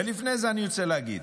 ולפני זה, אני רוצה להגיד: